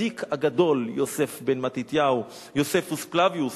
הצדיק הגדול יוסף בן מתתיהו, יוספוס פלביוס,